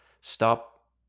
Stop